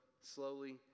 slowly